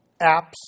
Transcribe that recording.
apps